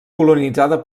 colonitzada